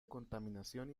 contaminación